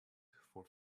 for